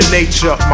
nature